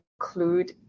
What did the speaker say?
include